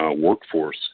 workforce